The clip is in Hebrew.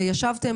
וישבתם